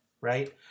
right